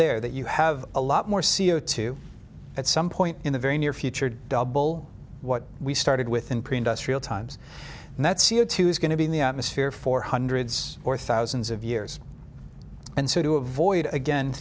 there that you have a lot more c o two at some point in the very near future double what we started with in pre industrial times and that c o two is going to be in the atmosphere for hundreds or thousands of years and so to avoid again